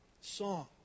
song